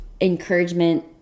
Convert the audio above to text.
encouragement